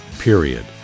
period